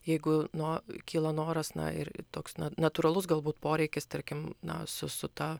jeigu no kilo noras na ir ir toks natūralus galbūt poreikis tarkim na su su ta